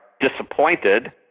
disappointed